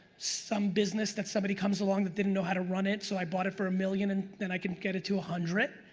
some business that somebody comes along that didn't know how to run it so i bought it for a million and then i can get it to one ah hundred.